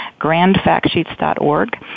grandfactsheets.org